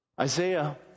Isaiah